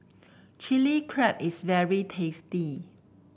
Chilli Crab is very tasty